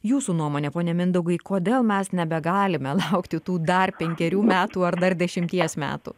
jūsų nuomone fone mindaugui kodėl mes nebegalime laukti tų dar penkerių metų ar dar dešimties metų